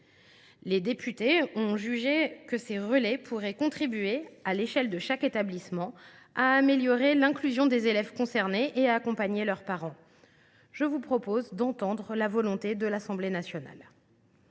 Les députés ont jugé que ces relais pourraient contribuer, à l’échelle de chaque établissement, à améliorer l’inclusion des élèves concernés et à accompagner leurs parents. Mes chers collègues, je vous propose d’entendre la volonté de l’Assemblée nationale.